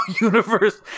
universe